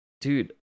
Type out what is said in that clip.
Dude